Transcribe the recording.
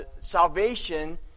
Salvation